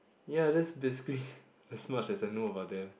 ya that's basically as much as I know about them